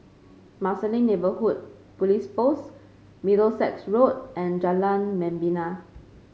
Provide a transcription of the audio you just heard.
Marsiling Neighbourhood Police Post Middlesex Road and Jalan Membina